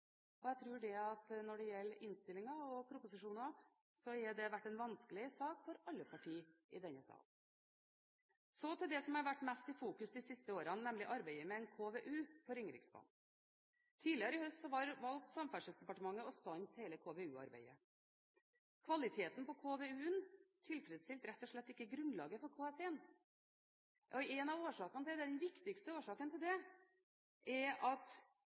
forhistorie. Jeg tror at når det gjelder innstillinger og proposisjoner, har det vært en vanskelig sak for alle partier i denne sal. Så til det som har vært mest fokusert på de siste årene, nemlig arbeidet med en KVU på Ringeriksbanen. Tidligere i høst valgte Samferdselsdepartementet å stanse hele KVU-arbeidet. Kvaliteten på KVU-en tilfredsstilte rett og slett ikke grunnlaget for KS1. Den viktigste årsaken til det er at